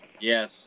Yes